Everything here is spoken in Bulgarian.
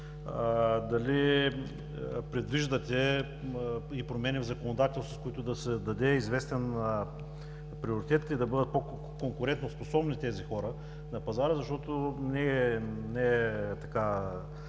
Дали предвиждате промени в законодателството, с които да се даде известен приоритет и да бъдат по-конкурентоспособни тези хора на пазара, защото не е скрито